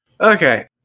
Okay